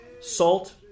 salt